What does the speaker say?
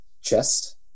chest